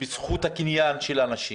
בזכות הקניין של אנשים,